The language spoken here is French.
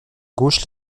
gauche